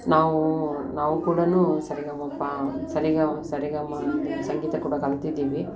ನಾವು ನಾವು ಕೂಡ ಸರಿಗಮಪ ಸರಿಗ ಸರಿಗಮ ಸಂಗೀತ ಕೂಡ ಕಲ್ತಿದ್ದೀವಿ